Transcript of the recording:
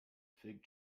fig